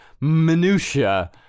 minutiae